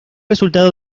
resultado